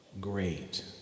Great